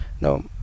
no